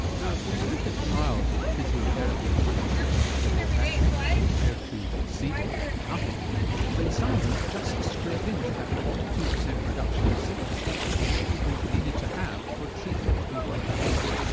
now when you look at trials of physiotherapy-type treatments for low back pain compared to placebo or nothing then some of them just scrape into that forty two percent reduction in symptoms which people needed to have for treatment to be worth the effort.